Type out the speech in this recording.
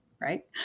right